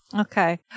Okay